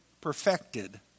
perfected